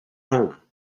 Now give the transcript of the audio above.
home